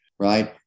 right